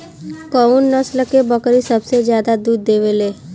कउन नस्ल के बकरी सबसे ज्यादा दूध देवे लें?